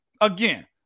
again